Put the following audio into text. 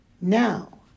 Now